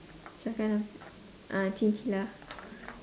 it's a kind of ah chinchilla